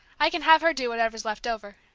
i can have her do whatever's left over.